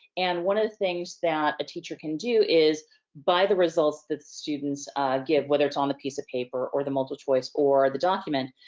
and one of the things that a teacher can do is by the results that students give, whether it's on the piece of paper, or the multiple choice or the document,